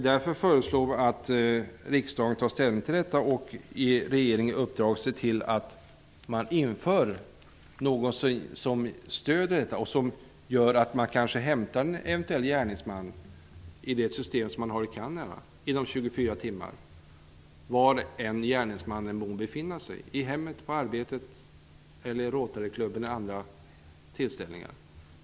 Därför föreslår vi att riksdagen tar ställning och ger regeringen i uppdrag att se till att det tillsätts någon som ger stöd och kanske ser till att det blir möjligt att hämta en gärningsman inom 24 timmar enligt det system som man har i Kanada var än gärningsmannen må befinna sig, i hemmet, på arbetet, på Rotaryklubbens möte eller på andra tillställningar.